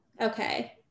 Okay